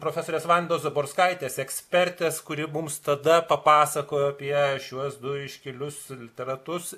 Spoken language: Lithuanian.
profesorės vandos zaborskaitės ekspertės kuri mums tada papasakojo apie šiuos du iškilius literatus